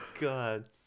God